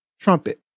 Trumpet